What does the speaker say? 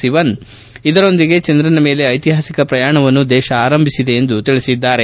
ಸಿವನ್ ಇದರೊಂದಿಗೆ ಚಂದ್ರನ ಮೇಲೆ ಐತಿಹಾಸಿಕ ಪ್ರಯಾಣವನ್ನು ದೇಶ ಆರಂಭಿಸಿದೆ ಎಂದು ಹೇಳಿದರು